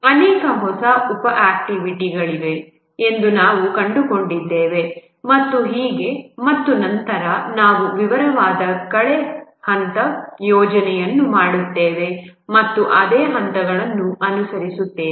ಅನೇಕ ಹೊಸ ಉಪ ಆಕ್ಟಿವಿಟಿಗಳಿವೆ ಎಂದು ನಾವು ಕಂಡುಕೊಂಡಿದ್ದೇವೆ ಮತ್ತು ಹೀಗೆ ಮತ್ತು ನಂತರ ನಾವು ವಿವರವಾದ ಕೆಳ ಹಂತದ ಯೋಜನೆಯನ್ನು ಮಾಡುತ್ತೇವೆ ಮತ್ತೆ ಅದೇ ಹಂತಗಳನ್ನು ಅನುಸರಿಸುತ್ತೇವೆ